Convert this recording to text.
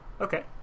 Okay